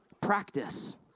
practice